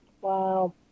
Wow